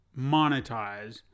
monetize